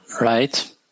right